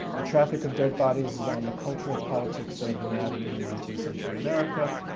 a traffic of dead bodies is on the cultural politics of anatomy in nineteenth century america.